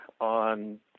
on